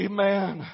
Amen